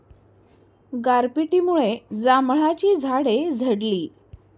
गारपिटीमुळे जांभळाची झाडे झडली